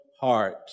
heart